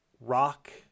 rock